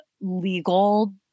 legal